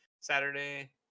saturday